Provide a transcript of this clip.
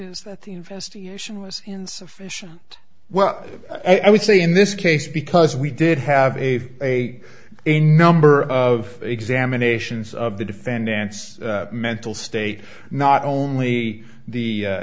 is that the investigation was insufficient well i would say in this case because we did have a a a number of examinations of the defendants mental state not only